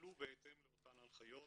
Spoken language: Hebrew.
יפעלו בהתאם לאותן הנחיות